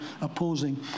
opposing